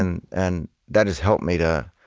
and and that has helped me to